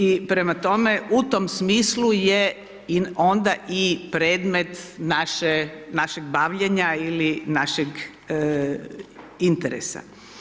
I prema tome, u tom smislu je onda i predmet našeg bavljenja ili našeg interesa.